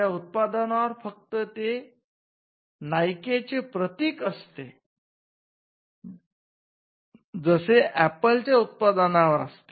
त्या उत्पादनावर फक्त नाईके चे प्रतिक असते जसे ऍपल च्या उत्पादनावर असते